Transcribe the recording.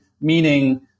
meaning